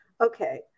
okay